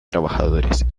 trabajadores